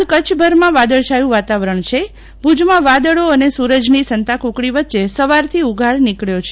ફાલ કરછભરમાં વાદળછાયું વાતાવરણ છે ભુજ માં વાદળી અને સુરજ ની સંતાકૂકડી વચે સવાર થી ઉઘાડ નીકબ્યો છે